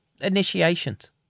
initiations